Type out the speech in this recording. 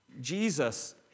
Jesus